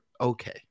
okay